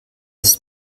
ist